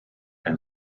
and